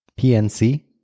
PNC